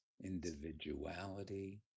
individuality